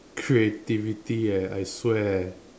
creativity eh I swear